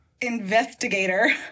Investigator